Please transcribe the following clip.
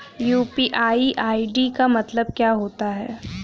UPI ID का मतलब क्या होता है?